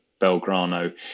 Belgrano